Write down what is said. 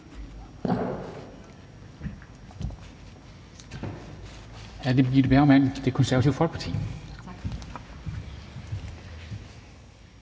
Tak